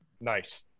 nice